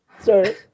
Sorry